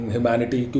Humanity